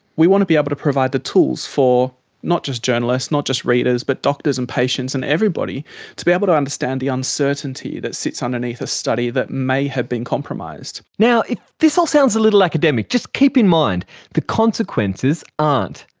we want to be able to provide the tools for not just journalists, not just readers but doctors and patients and everybody to be able to understand the uncertainty that sits underneath a study that may have been compromised. if this all sounds a little academic, just keep in mind the consequences aren't.